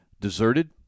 deserted